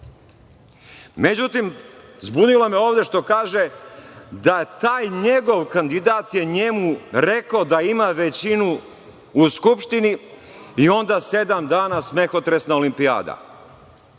zbunilo me ovde što kaže da taj njegov kandidat je njemu rekao da ima većinu u Skupštini i onda sedam dana smehotresna olimpijada.